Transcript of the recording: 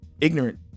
ignorant